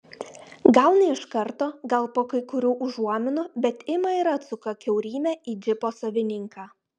gal ne iš karto gal po kai kurių užuominų bet ima ir atsuka kiaurymę į džipo savininką